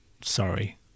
Sorry